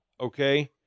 okay